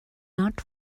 not